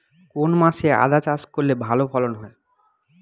কোন মাসে আদা চাষ করলে ভালো ফলন হয়?